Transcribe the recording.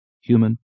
human